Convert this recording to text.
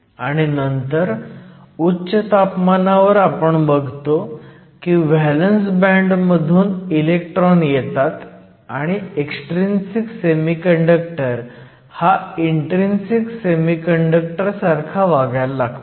आणि नंतर उच्च तापमानावर आपण बघतो की व्हॅलंस बँड मधून इलेक्ट्रॉन येतात आणि एक्सट्रिंसिक सेमीकंडक्टर हा इन्ट्रीन्सिक सेमीकंडक्टर सारखा वागायला लागतो